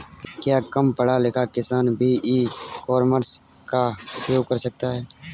क्या कम पढ़ा लिखा किसान भी ई कॉमर्स का उपयोग कर सकता है?